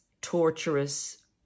torturous